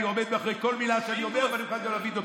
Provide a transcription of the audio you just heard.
אני עומד מאחורי כל מילה שאני אומר ואני מוכן גם להגיד זאת,